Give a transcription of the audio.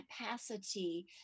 capacity